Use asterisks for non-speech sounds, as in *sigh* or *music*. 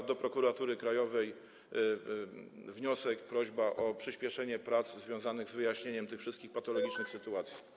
A do Prokuratury Krajowej - wniosek, prośba o przyspieszenie prac związanych z wyjaśnieniem tych wszystkich patologicznych *noise* sytuacji.